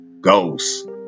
Ghost